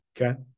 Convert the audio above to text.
Okay